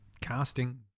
casting